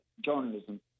journalism